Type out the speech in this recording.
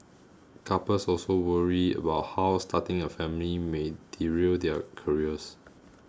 couples also worry about how starting a family may derail their careers